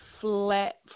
flat